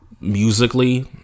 musically